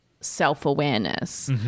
self-awareness